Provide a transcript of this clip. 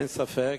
אין ספק,